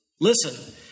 listen